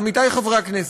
עמיתי חברי הכנסת,